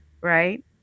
right